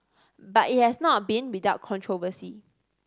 but it has not been without controversy